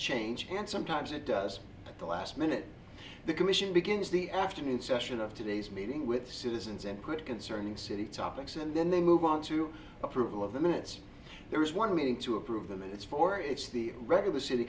change and sometimes it does at the last minute the commission begins the afternoon session of today's meeting with citizens input concerning city topics and then they move on to approval of the minutes there is one meeting to approve them and it's four it's the regular city